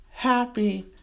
Happy